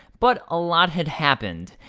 but a lot had happened,